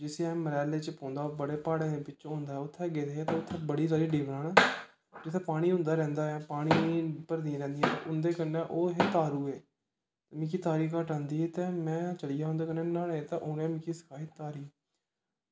जिसी अस मैदाने पौंदा बड़े प्हाड़ें दे पिच्छें होंदा ऐ उत्थें गेदे हे ते उत्थें बड़ी सारियां डबरां न जित्थें पानी होदा रैंह्दा ऐ पानी भरदियां रैंह्दियां इंदे कन्नै ओह् हे तारुएये मिगी तारी घट्ट आंदी ही ते में चली गेआ उं'दे कन्नै न्हाने गी ते उ'नें मिगी सखाई तारी